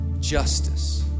justice